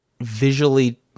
visually